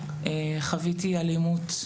חוויתי אלימות,